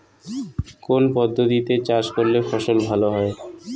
কোন পদ্ধতিতে চাষ করলে ফসল ভালো হয়?